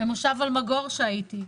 במושב אלמגור שהייתי,